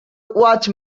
watch